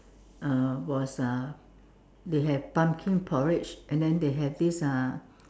uh was uh they have pumpkin porridge and they have this uh